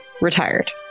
retired